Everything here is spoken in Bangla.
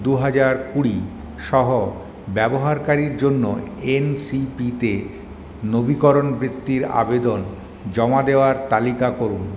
দু হাজার কুড়ি সহ ব্যবহারকারীর জন্য এন সি পিতে নবীকরণ বৃত্তির আবেদন জমা দেওয়ার তালিকা করুন